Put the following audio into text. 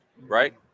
Right